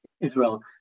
Israel